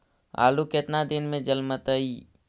आलू केतना दिन में जलमतइ?